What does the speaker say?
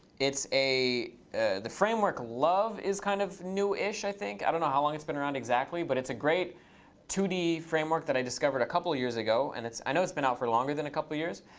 it's a the framework love is kind of new-ish, i think. i don't know how long it's been around exactly, but it's a great two d framework that i discovered a couple of years ago. and i know it's been out for longer than a couple of years.